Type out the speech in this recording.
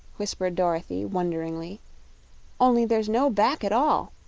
whispered dorothy, wonderingly only there's no back at all,